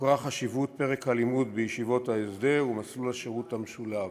הוכרה חשיבות פרק הלימוד בישיבות ההסדר ומסלול השירות המשולב.